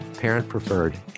parent-preferred